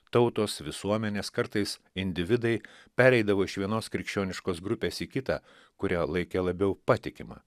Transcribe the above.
tautos visuomenės kartais individai pereidavo iš vienos krikščioniškos grupės į kitą kurią laikė labiau patikima